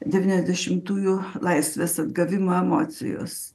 devyniasdešimtųjų laisvės atgavimo emocijos